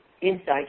inside